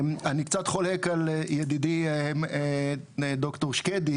אני קצת חולק על ידידי ד"ר שקדי,